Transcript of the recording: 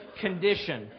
condition